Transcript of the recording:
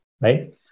right